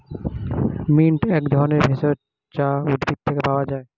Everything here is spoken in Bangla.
মিন্ট এক ধরনের ভেষজ যা উদ্ভিদ থেকে পাওয় যায়